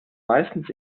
meistens